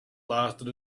lasted